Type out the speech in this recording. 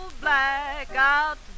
blackout